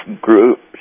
groups